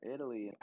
Italy